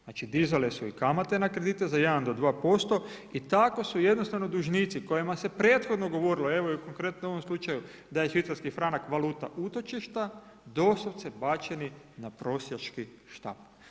Znači dizale su i kamate na kredite, za 1-2% i tako su jednostavno dužnici kojima se prethodno govorilo, evo u konkretno ovom slučaju da je švicarski franak valuta utočišta, doslovce bačeni na prosjački štap.